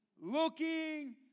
Looking